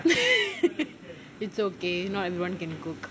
it's okay not everyone can cook